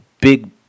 big